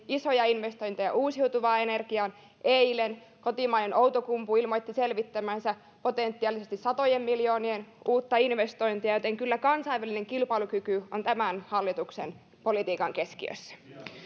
isoja investointeja uusiutuvaan energiaan eilen kotimainen outokumpu ilmoitti selvittävänsä potentiaalisesti satojen miljoonien uutta investointia joten kyllä kansainvälinen kilpailukyky on tämän hallituksen politiikan keskiössä